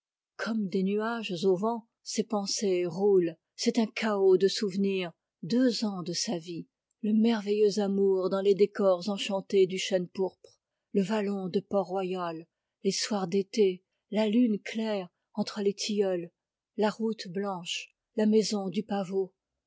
comme des nuages au vent ses pensées roulent c'est un chaos de souvenirs deux ans de sa vie le merveilleux amour dans les décors enchantés du chênepourpre le vallon de port-royal les soirs d'été la lune claire entre les tilleuls la route blanche la maison du pavot